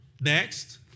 Next